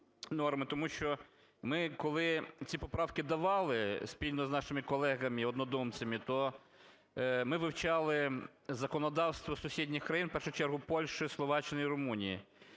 тому що ми коли ці поправки давали спільно з нашими колегами і однодумцями, то ми вивчали законодавство сусідніх країн: в першу чергу, Польщі, Словаччини і Румунії.